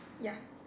ya